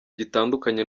gitandukanye